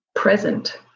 present